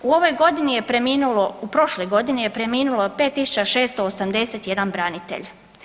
U ovoj godini je preminulo, u prošloj godini je preminulo 5681 branitelj.